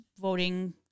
voting